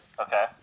Okay